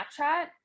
Snapchat